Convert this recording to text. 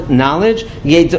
knowledge